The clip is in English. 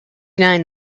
nine